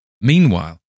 Meanwhile